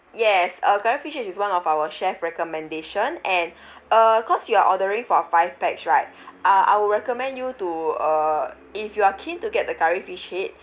yes uh curry fish head is one of our chef recommendation and uh cause you're ordering for five pax right uh I will recommend you to uh if you are keen to get the curry fish head